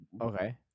Okay